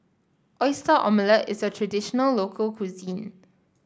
Oyster Omelette is a traditional local cuisine